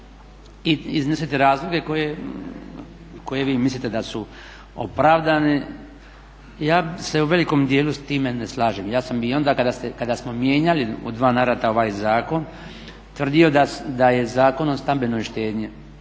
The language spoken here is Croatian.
I iznosite razloge koji vi mislite da su opravdani. Ja se u velikom dijelu s time ne slažem. Ja sam i onda kada smo mijenjali u dva navrata ovaj zakon tvrdio da je Zakon o stambenoj štednji